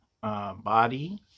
Body